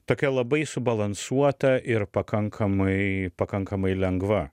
tokia labai subalansuota ir pakankamai pakankamai lengva